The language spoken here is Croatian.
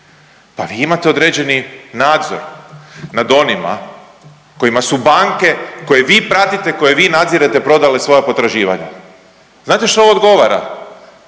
pa vi imate određeni nadzor nad onima kojima su banke koje vi pratite, koje vi nadzirete prodali svoja potraživanja. Znate što odgovara,